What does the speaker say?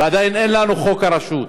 ועדיין אין לנו חוק הרשות.